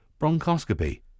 bronchoscopy